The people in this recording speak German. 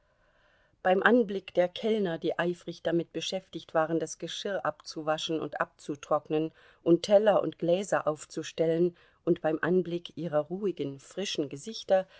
beim anblick der kellner die eifrig damit beschäftigt waren das geschirr abzuwaschen und abzutrocknen und teller und gläser aufzustellen und beim anblick ihrer ruhigen frischen gesichter